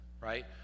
Right